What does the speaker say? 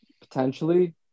potentially